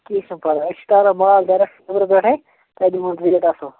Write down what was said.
کیٚنٛہہ چھُ پرٛواے أسۍ چھِ تاران مال ڈَارَیکٹ نیٚبرٕ پٮ۪ٹھٕے تۄہہِ دِمہو ریٹ اَصٕل